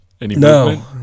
No